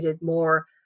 more